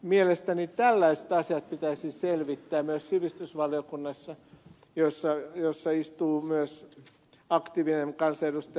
mielestäni tällaiset asiat pitäisi selvittää myös sivistysvaliokunnassa jossa istuu myös aktiivinen kansanedustaja ed